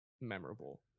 memorable